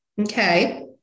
okay